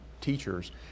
teachers